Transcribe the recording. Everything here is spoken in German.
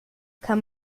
kann